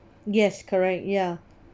yes correct ya